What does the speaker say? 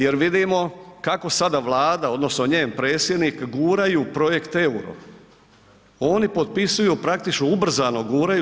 Jer vidimo kako sada Vlada odnosno njen predsjednik guraju u projekt euro, oni potpisuju, praktično ubrzano guraju.